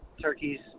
turkeys